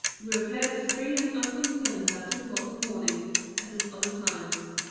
who appeared as free and unconcerned that important morning as at other times.